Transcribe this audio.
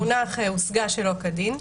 המונח הושגה שלא כדין,